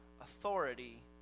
authority